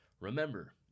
Remember